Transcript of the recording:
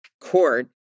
court